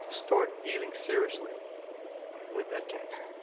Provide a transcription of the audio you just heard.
start dealing seriously with that cancer.